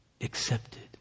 accepted